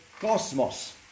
cosmos